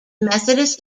methodist